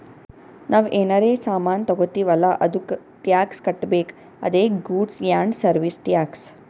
ನಾವ್ ಏನರೇ ಸಾಮಾನ್ ತಗೊತ್ತಿವ್ ಅಲ್ಲ ಅದ್ದುಕ್ ಟ್ಯಾಕ್ಸ್ ಕಟ್ಬೇಕ್ ಅದೇ ಗೂಡ್ಸ್ ಆ್ಯಂಡ್ ಸರ್ವೀಸ್ ಟ್ಯಾಕ್ಸ್